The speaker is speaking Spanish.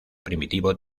primitivo